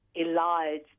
elides